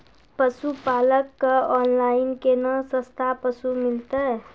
पशुपालक कऽ ऑनलाइन केना सस्ता पसु मिलतै?